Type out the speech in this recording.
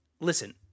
listen